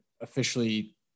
officially